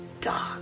dark